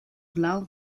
lao